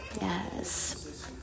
Yes